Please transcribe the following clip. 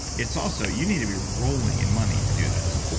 it's also, you need to be rolling in money to do this.